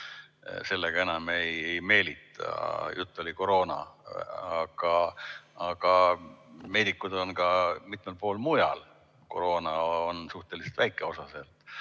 sellega enam ei meelita. Jutt oli koroonast, aga meedikuid on [vaja] ka mitmel pool mujal. Koroona on suhteliselt väike osa sellest.